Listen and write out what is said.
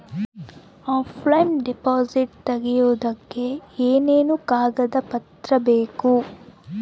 Offline deposit ತೆಗಿಯೋದಕ್ಕೆ ಏನೇನು ಕಾಗದ ಪತ್ರ ಬೇಕು?